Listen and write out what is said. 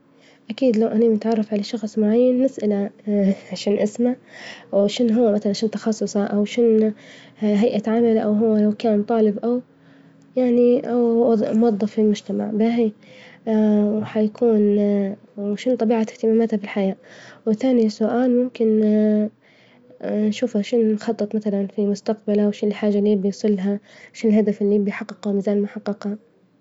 أكيد لو إني متعرف على شخص معين نسأله شنو اسمه وشنهو مثلا شنو تخصصه أوشنو هيئة عمله أو هو لو كان طالب أو يعني أو موظف في المجتمع وحيكون طبيعة اهتماماته في الحياة، وتاني سؤال ممكن نشوفه شنو مخطط مثلا في مستجبله وإيش الحاجة إللي يبي يوصلها شنو الهدف إللي يبي يحققه ما زال ما حققة.